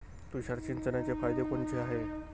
तुषार सिंचनाचे फायदे कोनचे हाये?